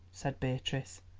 said beatrice,